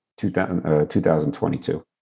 2022